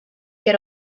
get